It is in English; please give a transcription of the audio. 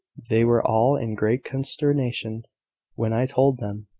they were all in great consternation when i told them,